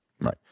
Right